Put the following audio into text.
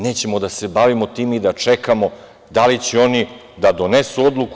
Nećemo da se bavimo tim i da čekamo da li će oni da donesu odluku.